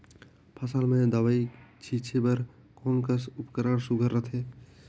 फसल म दव ई छीचे बर कोन कस उपकरण सुघ्घर रथे?